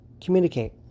Communicate